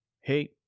Hey